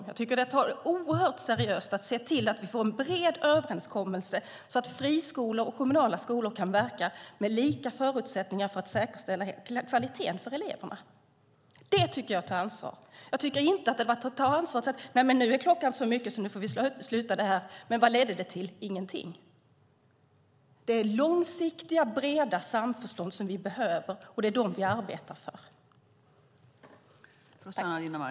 Jag tycker att det är att ta det oerhört seriöst att se till att vi får en bred överenskommelse så att friskolor och kommunala skolor kan verka med lika förutsättningar för att säkerställa kvaliteten för eleverna. Det tycker jag är att ta ansvar. Jag tycker inte att det är att ta ansvar att säga: Nej, nu är klockan så mycket att nu får vi sluta. Vad ledde det till? Ingenting. Det är långsiktiga, breda samförstånd vi behöver, och det är sådana vi arbetar för att nå.